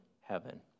heaven